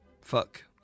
Fuck